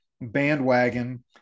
bandwagon